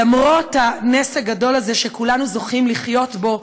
למרות הנס הגדול הזה, שכולנו זוכים לחיות בו,